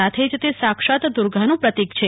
સાથે જ તે સાક્ષાત દુર્ગાનું પ્રતીક છે